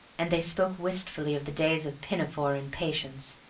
and they spoke wistfully of the days of pinafore and patience.